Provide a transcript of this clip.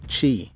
Chi